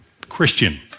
Christian